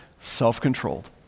Self-controlled